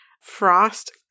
frost